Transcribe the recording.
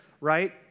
right